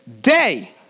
day